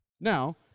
Now